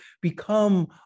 become